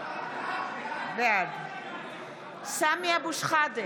בעד סמי אבו שחאדה,